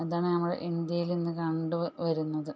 അതാണ് നമ്മുടെ ഇന്ത്യയിൽ ഇന്ന് കണ്ടുവരുന്നത്